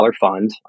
fund